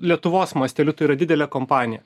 lietuvos masteliu tai yra didelė kompanija